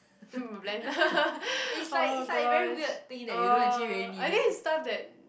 hmm blender oh gosh oh I think it's stuff that